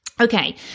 Okay